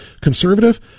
conservative